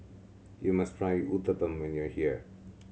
you must try Uthapam when you are here